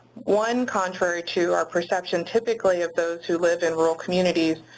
one contrary to our perception typically of those who lived in rural communities,